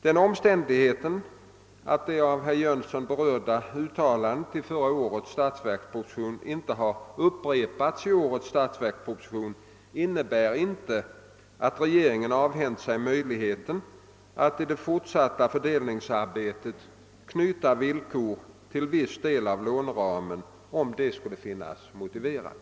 Den omständigheten att det av herr Jönsson berörda uttalandet i förra årets statsverksproposition inte har upprepats i årets statsverksproposition innebär inte att regeringen avhänt sig möjligheten att i det fortsatta fördelnings arbetet knyta villkor till viss del av låneramen om så skulle befinnas motiverat.